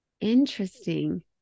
Interesting